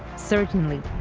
certainly.